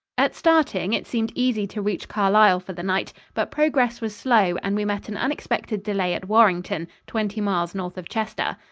at starting it seemed easy to reach carlisle for the night, but progress was slow and we met an unexpected delay at warrington, twenty miles north of chester.